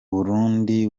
burundi